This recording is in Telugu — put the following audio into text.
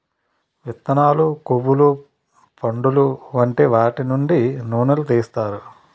విత్తనాలు, కొవ్వులు, పండులు వంటి వాటి నుండి నూనెలు తీస్తారు